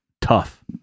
tough